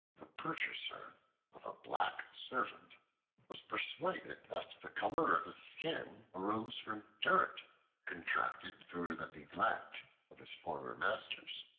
the purchaser of a black servant was persuaded that the color of his skin arose from dirt contracted through the neglect of his former masters.